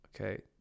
Okay